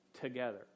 together